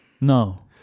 No